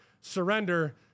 surrender